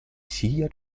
sia